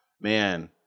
Man